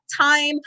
time